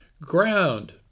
Ground